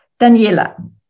Daniela